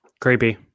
Creepy